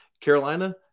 Carolina